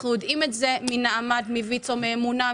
אנחנו יודעים את זה מנעמת, מויצו, מאמונה.